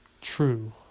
True